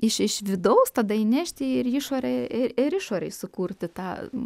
iš iš vidaus tada įnešti ir išorę ir išorėj sukurti tą